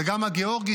וגם הגאורגית,